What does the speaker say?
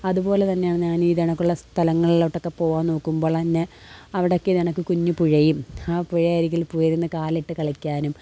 അതുപോലെ തന്നെയാണ് ഞാൻ ഈ ഇത് കണക്കുള്ള സ്ഥലങ്ങളിലോട്ടൊക്കെ പോവാൻ നോക്കുമ്പോൾ തന്നെ അവിടെയൊക്കെ എനിക്ക് കുഞ്ഞിപ്പുഴയും ആ പുഴയരികിൽ പോയിരുന്ന് കാലിട്ട് കളിക്കാനും